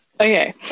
Okay